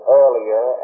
earlier